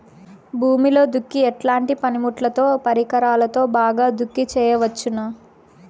భూమిలో దుక్కి ఎట్లాంటి పనిముట్లుతో, పరికరాలతో బాగా దుక్కి చేయవచ్చున?